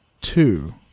two